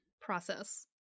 process